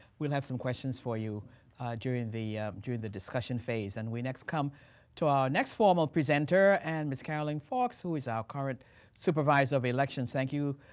we'll have some questions for you during the during the discussion phase. and we next come to our next formal presenter, and miss caroline fawkes who is our current supervisor of elections. thank you,